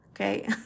okay